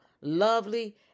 lovely